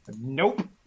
Nope